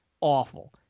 awful